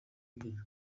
mbere